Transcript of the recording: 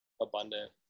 abundant